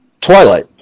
Twilight